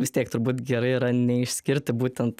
vis tiek turbūt gerai yra neišskirti būtent